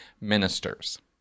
ministers